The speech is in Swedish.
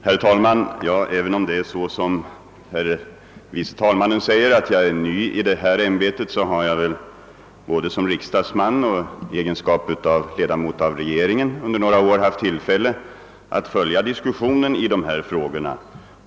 Herr talman! Även om jag som herr andre vice talmannen sade är ny i detta ämbete har jag både som riksdagsman och ledamot av regeringen under några år haft tillfälle att följa diskussionen i dessa frågor.